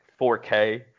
4K